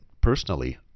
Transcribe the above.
personally